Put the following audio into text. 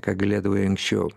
ką galėdavai anksčiau